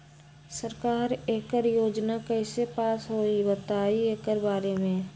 सरकार एकड़ योजना कईसे पास होई बताई एकर बारे मे?